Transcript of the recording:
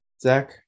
zach